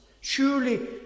Surely